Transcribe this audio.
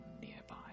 nearby